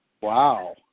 Wow